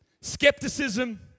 skepticism